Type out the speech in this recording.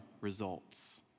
results